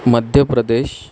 Madhya Pradesh